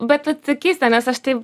bet vat keista nes aš tai